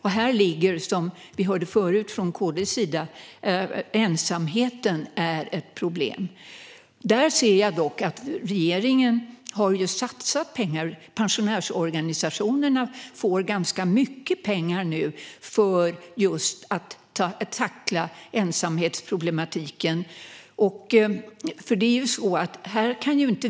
Vi hörde tidigare från KD:s sida att ensamheten är ett problem i detta sammanhang. Regeringen har dock satsat pengar här. Pensionärsorganisationerna får ganska mycket pengar nu för att tackla ensamhetsproblematiken.